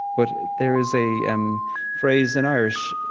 but there is a um phrase in irish,